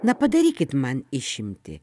na padarykit man išimtį